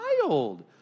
child